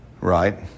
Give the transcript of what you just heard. right